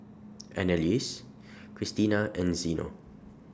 Anneliese Krystina and Zeno